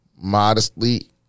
modestly